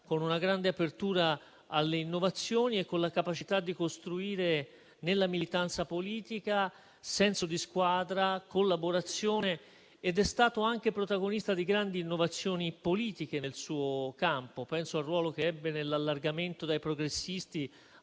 con una grande apertura alle innovazioni e con la capacità di costruire, nella militanza politica, senso di squadra e collaborazione. È stato anche protagonista di grandi innovazioni politiche nel suo campo: penso al ruolo che ebbe nell'allargamento dai progressisti